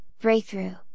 Breakthrough